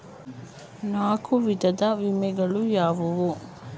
ನಾಲ್ಕು ವಿಧದ ವಿಮೆಗಳು ಯಾವುವು?